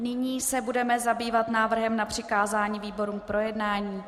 Nyní se budeme zabývat návrhem na přikázání výborům k projednání.